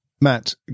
Matt